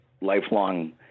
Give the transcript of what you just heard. lifelong